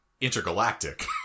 intergalactic